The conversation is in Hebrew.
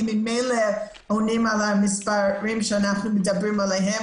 הם ממילא עונים על המספרים שאנחנו מדברים עליהם,